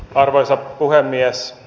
arvoisa puhemies